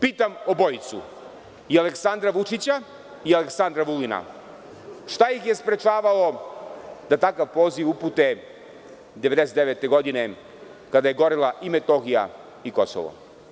Pitam obojicu i Aleksandra Vučića i Aleksandra Vulina – šta ih je sprečavalo da takav poziv upute 1999. godine kada je gorela i Metohija i Kosovo?